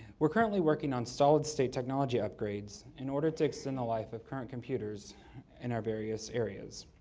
we are currently working on solid state technology upgrades in order to extend the life of current computers in our various areas.